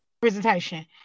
presentation